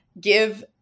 give